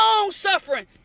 long-suffering